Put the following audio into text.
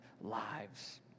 lives